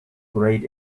great